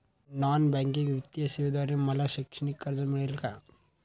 Non banking वित्तीय सेवेद्वारे मला शैक्षणिक कर्ज मिळेल का?